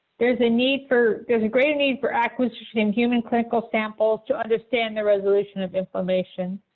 there's a need for there's a great need for acquisition in human clinical samples to understand the resolution of inflammation.